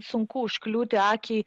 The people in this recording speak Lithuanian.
sunku užkliūti akiai